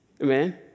Amen